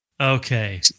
okay